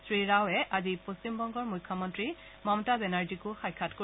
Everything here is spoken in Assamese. শ্ৰীৰাওৱে আজি পশ্চিমবংগৰ মুখ্যমন্ত্ৰী মমতা বেনাৰ্জীকো সাক্ষাৎ কৰিব